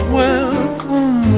welcome